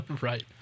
Right